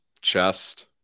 chest